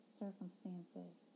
circumstances